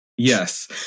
Yes